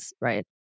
right